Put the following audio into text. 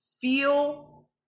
feel